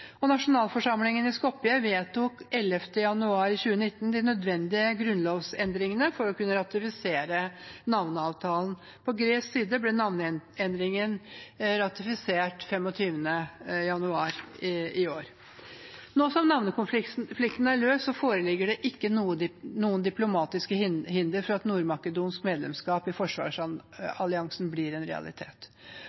Nasjonalforsamlingen i Skopje vedtok den 11. januar 2019 de nødvendige grunnlovsendringene for å kunne ratifisere navneavtalen. På gresk side ble navneendringen ratifisert 25. januar i år. Nå som navnekonflikten er løst, foreligger det ikke noe diplomatisk hinder for at nord-makedonsk medlemskap i